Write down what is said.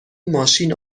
ماشین